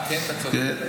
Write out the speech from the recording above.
נכון, גם, אתה צודק.